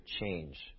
change